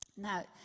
Now